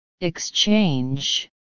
exchange